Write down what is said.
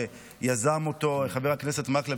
שיזם אותו חבר הכנסת מקלב,